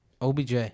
OBJ